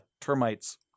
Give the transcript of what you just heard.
termites